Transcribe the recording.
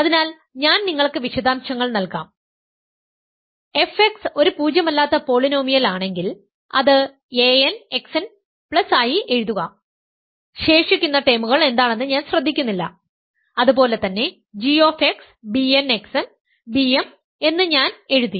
അതിനാൽ ഞാൻ നിങ്ങൾക്ക് വിശദാംശങ്ങൾ നൽകാം fx ഒരു പൂജ്യമല്ലാത്ത പോളിനോമിയൽ ആണെങ്കിൽ അത് an xn ആയി എഴുതുക ശേഷിക്കുന്ന ടേമുകൾ എന്താണെന്ന് ഞാൻ ശ്രദ്ധിക്കുന്നില്ല അതുപോലെ തന്നെ g bn xn bm എന്ന് ഞാൻ എഴുതി